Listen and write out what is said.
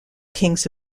kings